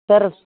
sir